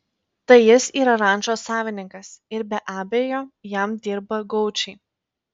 tai jis yra rančos savininkas ir be abejo jam dirba gaučai